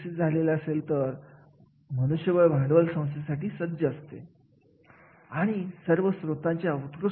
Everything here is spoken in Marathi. तर अशी काही कार्ये असतात जिथे जास्तीत जास्त कौशल्य लागत असतात त्याच बरोबर शैक्षणिक पात्रता सुद्धा गरजेचे असते तर अशा पद्धतीने प्रत्येक कार्यासाठी वेगळी गरज असते